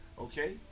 Okay